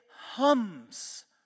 hums